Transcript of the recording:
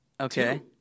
Okay